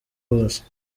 hose